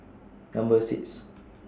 Number six